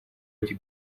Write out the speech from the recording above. эти